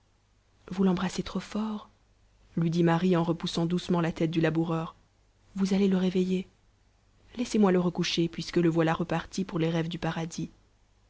vous l'embrassez trop fort lui dit marie en repoussant doucement la tête du laboureur vous allez le réveiller laissez-moi le recoucher puisque le voilà reparti pour les rêves du paradis